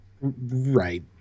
Right